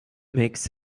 makes